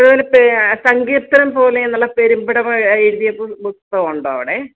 അതുപോലെത്തെ സങ്കീര്ത്തനം പോലെ എന്നുള്ള പെരുമ്പടവം എഴുതിയ ബുക്ക് ഉണ്ടോ അവിടെ